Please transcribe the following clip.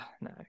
No